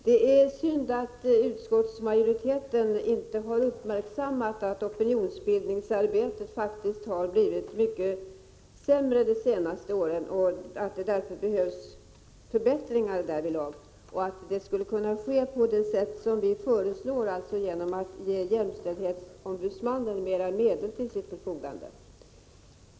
Herr talman! Det är synd att utskottsmajoriteten inte har uppmärksammat att opinionsbildningsarbetet faktiskt har blivit mycket sämre de senaste åren. Det behövs förbättringar därvidlag, och de skulle kunna ske på det sätt som vi föreslår, alltså genom att vi ställer mera medel till jämställdhetsombudsmannens förfogande.